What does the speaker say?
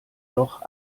doch